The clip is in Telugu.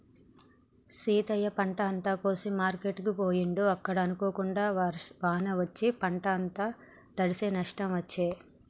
సీతయ్య పంట అంత కోసి మార్కెట్ కు పోయిండు అక్కడ అనుకోకుండా వాన వచ్చి పంట అంత తడిశె నష్టం వచ్చే